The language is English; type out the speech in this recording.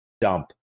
dump